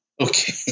Okay